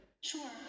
Sure